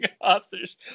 authors